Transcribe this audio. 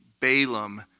Balaam